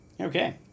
Okay